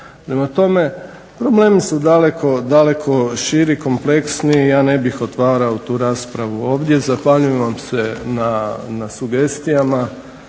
Prema tome problemi su daleko, daleko širi, kompleksniji, ja ne bih otvarao tu raspravu ovdje. Zahvaljujem vam se na sugestijama,